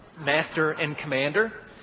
master and commander.